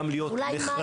גם להיות נחרצים,